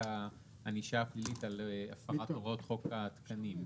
הענישה הפלילית על הפרת הוראות חוק התקנים.